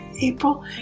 April